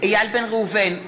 איל בן ראובן,